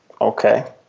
Okay